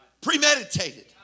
Premeditated